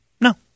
No